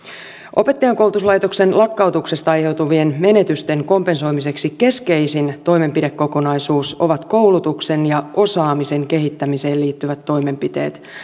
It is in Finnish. opettajankoulutuslaitoksen lakkautuksesta aiheutuvien menetysten kompensoimiseksi keskeisin toimenpidekokonaisuus ovat koulutuksen ja osaamisen kehittämiseen liittyvät toimenpiteet